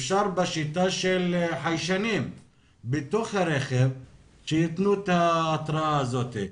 אפשר בשיטה של חיישנים בתוך הרכב שייתנו את ההתראה הזאת.